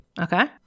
okay